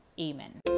Amen